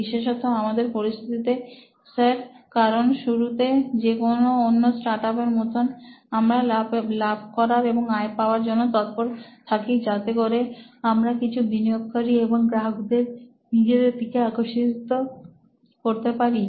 বিশেষত আমাদের পরিস্থিতিতে স্যার কারণ শুরুতে যেকোনো অন্য স্টার্টআপ এর মত আমরা লাভ করার এবং আয় পাওয়ার জন্য তৎপর থাকি যাতে করে আমরা কিছু বিনিয়োগকারী এবং গ্রাহকদের নিজেদের দিকে আকর্ষিত করতে পারি